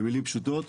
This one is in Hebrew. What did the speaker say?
במילים פשוטות,